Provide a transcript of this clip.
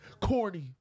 Corny